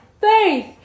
faith